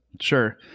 Sure